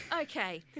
Okay